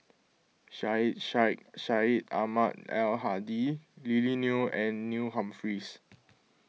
Syed Sheikh Syed Ahmad Al Hadi Lily Neo and Neil Humphreys